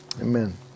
Amen